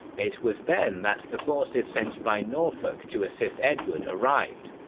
it was then that the forces send by norfolk to assist edward arrived.